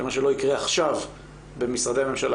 שמה שלא יקרה עכשיו במשרדי הממשלה